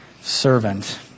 servant